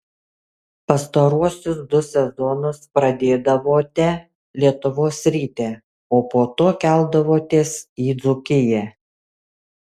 pastaruosius du sezonus pradėdavote lietuvos ryte o po to keldavotės į dzūkiją